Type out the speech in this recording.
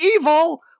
evil